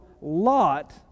Lot